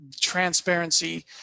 transparency